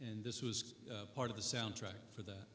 and this was part of the soundtrack for that